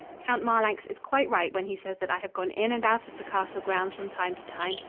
count marlanx is quite right when he says that i have gone in and out of the castle grounds from time to time.